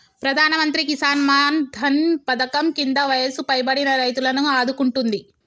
ప్రధానమంత్రి కిసాన్ మాన్ ధన్ పధకం కింద వయసు పైబడిన రైతులను ఆదుకుంటుంది